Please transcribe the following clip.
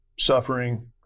Suffering